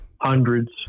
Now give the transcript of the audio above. Hundreds